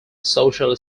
social